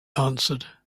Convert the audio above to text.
answered